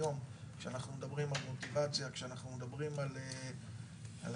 כשאנחנו מדברים על מוטיבציה,